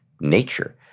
nature